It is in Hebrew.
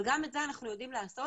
אבל גם את זה אנחנו יודעים לעשות.